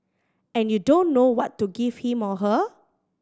and you don't know what to give him or her